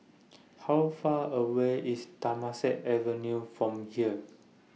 How Far away IS Temasek Avenue from here